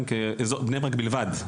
באזור בני ברק בלבד,